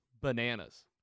bananas